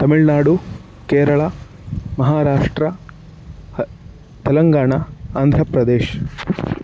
तमिळ्नाडु केरळा महाराष्ट्रं ह तेलङ्गाण आन्ध्रप्रदेशः